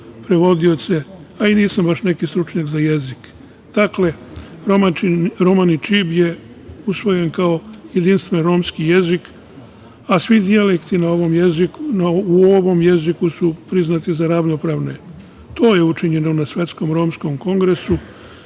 prevodioce, a i nisam baš neki stručnjak za jezik. Dakle, romaničiblje je usvojen kao jedinstven romski jezik, a svi dijalekti u ovom jeziku su priznati za ravnopravne. To je učinjeno na Svetskom romskom kongresu